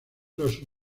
los